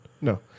No